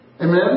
Amen